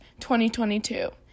2022